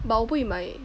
but 我不会买